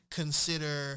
consider